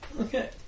Okay